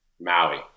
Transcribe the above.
maui